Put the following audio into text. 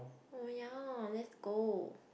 oh ya let's go